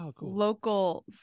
local